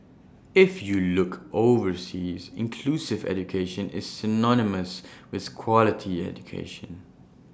if you look overseas inclusive education is synonymous with quality education